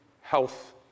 health